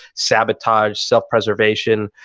sabotage, self-preservation.